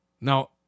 Now